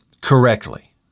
correctly